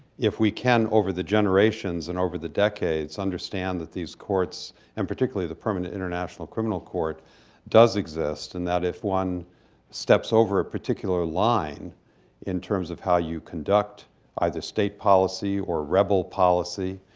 if we can, over the generations and over the decades, understand that these courts and particularly the permanent international criminal court does exist and that if one steps over a particular line in terms of how you conduct either state policy or rebel policy,